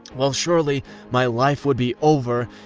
well, surely my life would be over